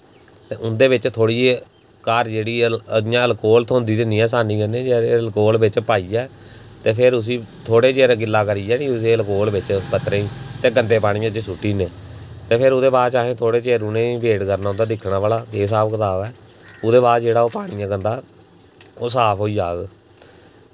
उं'दै बिच्च थोह्ड़ी जी घर जेह्ड़ा ऐ इ'यां ऐलकोल थ्होंदी ते निं ऐ आसानी कन्नै ऐलकोल बिच्च पाइयै ते फिर उस्सी थोह्ड़ै चिर गिल्ला करियै नी ऐलकोल बिच्च पत्तरें गी ते गंदे पानियें च सुट्टी ओड़ने ते फिर ओह्दे बाद असें थोह्ड़े चिर उ'नें गी बेट करना उं'दा दिक्खना भला केह् स्हाब कताब ऐ उदै बाद जेह्ड़ा पेनी ऐ गंदा ओह् साफ होई जाह्ग